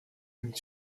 une